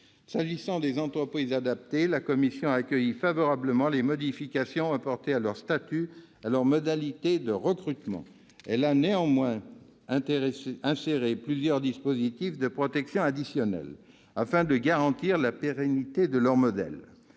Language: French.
S'agissant des entreprises adaptées, la commission a accueilli favorablement les modifications apportées à leur statut et à leurs modalités de recrutement. Elle a néanmoins inséré plusieurs dispositifs de protection additionnels, afin de garantir la pérennité de leur modèle.